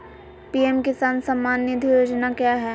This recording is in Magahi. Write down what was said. पी.एम किसान सम्मान निधि योजना क्या है?